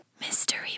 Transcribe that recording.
Mystery